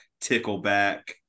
Tickleback